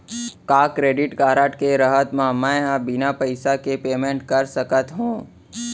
का credit card के रहत म, मैं ह बिना पइसा के पेमेंट कर सकत हो?